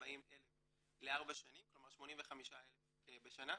340,000 שקל לארבע שנים, כלומר 85,000 שקל בשנה.